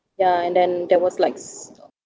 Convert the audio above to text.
ya and then there was like